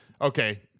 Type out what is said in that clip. Okay